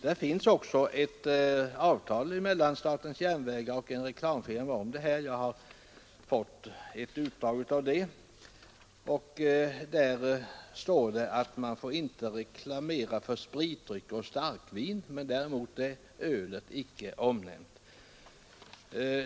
Det finns också ett avtal mellan statens järnvägar och en reklamfirma om detta, som jag har fått ett utdrag av, och däri står att man inte får reklamera för spritdrycker och starkvin. Däremot är ölet icke omnämnt.